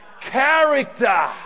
character